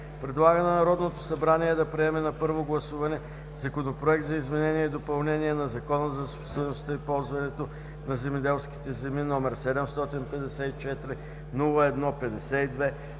предлага на Народното събрание да приеме на първо гласуване Законопроект за изменение и допълнение на Закона за собствеността и ползването на земеделските земи № 754-01-52,